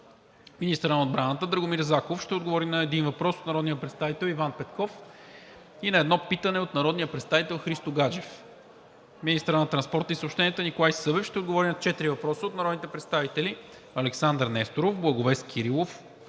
министърът на отбраната Драгомир Заков ще отговори на един въпрос от народния представител Иван Петков и на едно питане от народния представител Христо Гаджев. - министърът на транспорта и съобщенията Николай Събев ще отговори на четири въпроса от народните представители Александър Несторов; Благовест Кирилов,